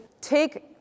take